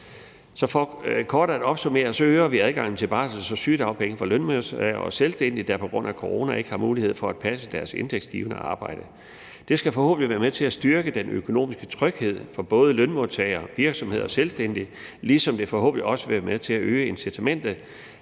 Så for kort at opsummere: Vi øger adgangen til barselsdagpenge og sygedagpenge for lønmodtagere og selvstændige, der på grund af corona ikke har mulighed for at passe deres indtægtsgivende arbejde. Det vil forhåbentlig være med til at styrke den økonomiske tryghed for både lønmodtagere, virksomheder og selvstændige, ligesom det forhåbentlig også vil være med til at øge incitamentet